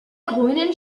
grünen